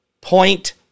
point